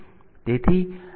તેથી આ આ P0 થી P3 છે